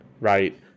right